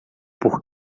por